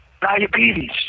diabetes